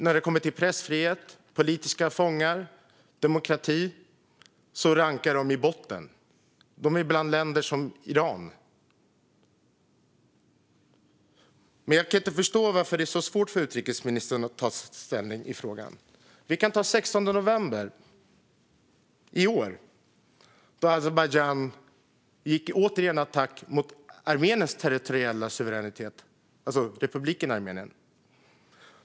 När det kommer till pressfrihet, politiska fångar och demokrati rankas de i botten. De är bland länder som Iran. Men jag kan inte förstå varför det är så svårt för utrikesministern att ta ställning i frågan. Jag kan ta den 16 november i år som exempel då Azerbajdzjan återigen gick till attack mot republiken Armeniens territoriella suveränitet.